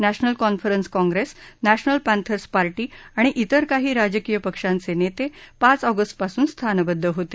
national Conference Congress National Panthers Party आणि इतर काही राजकीय पक्षांचे नेते पाच ऑगस्टपासून स्थानबद्ध होते